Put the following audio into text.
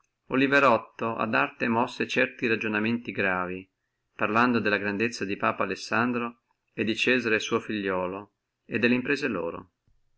usano oliverotto ad arte mosse certi ragionamenti gravi parlando della grandezza di papa alessandro e di cesare suo figliuolo e delle imprese loro